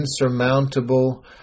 insurmountable